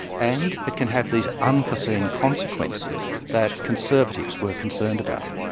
and it can have these unforeseen consequences that conservatives were concerned about.